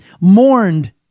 mourned